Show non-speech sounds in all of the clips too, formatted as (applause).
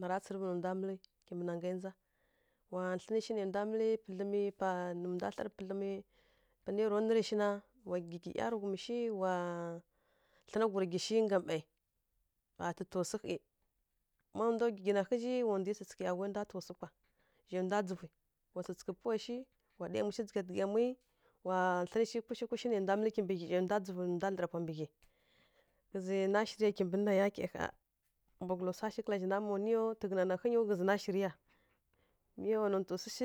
Nara tsǝrǝvǝ nǝ nda mǝl mɓǝ na nyǝ nja wa tlǝn shǝ nǝ nda mǝl pǝdlǝm pa nǝ nda tlǝrǝ pǝdlǝm pa nǝ yara nurǝ shǝna wa gǝgi ˈyatǝghum shǝ wa tlǝna wurǝgǝ shǝ ga mǝyǝ mba tǝtuswǝ nda gi na ghǝzǝ wa tsǝtsǝghǝ ˈyawu nda tasu kwa zǝ nda jivǝ wa tsǝghǝ pawa shǝ wa ɗá yamu shǝ jiha dǝgha yam notǝ swa shǝ nashǝrya kimɓǝ nana yaki a notǝ swa na ma shǝrǝ swa na hya kwa na na yakiyǝw mǝ wa notǝ swǝ shǝ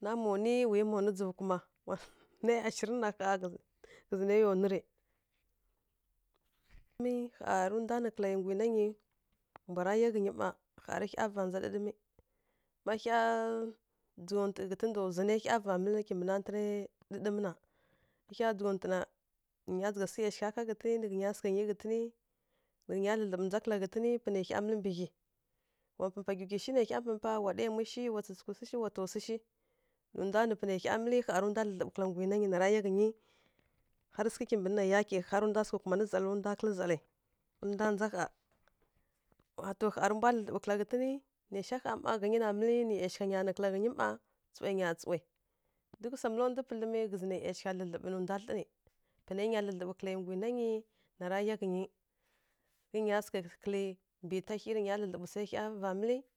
mǝ wa nutǝ swa na ma nuǝ wa yǝ ma nu nǝ hya zǝ nǝ ya nurǝ mǝ hya tǝ nda nǝ kǝla yǝ ngǝnanyǝ to tǝ hya va nja dǝ dǝmǝ nǝ hya va mǝl mbǝ natǝ dǝdǝm na ma hya tsǝtuna nǝ hya njihya swǝ yaugha ka ghǝtǝn nǝyǝ dlǝdlǝɓǝ nja kǝla ghǝtǝn panǝ hya mǝlǝ mɓǝ ghyi wa pǝ pa guki shǝ nǝ hya pǝpa wa ɗá yam shǝ wa tsǝtsǝghǝ swa shǝ hya ra nda dlǝdlǝɓǝ kǝla gunanyǝ nara ˈyaa hyǝ hya ra nda dlǝlǝɓǝ tǝ nda nja hya tǝ nda sǝghǝ kǝl zadlyi wa to hya tǝ dlǝdlǝbǝ kǝl ghǝtǝn nǝ yaughǝnyǝ nǝ kǝl ma tsu wa nya tsuwǝ duk swa mǝl nda pǝdlǝmǝ ghǝzǝ nǝ yaugha nǝ tǝ hyǝnya swǝ kǝl mɓǝtǝ hyi. (unintelligible)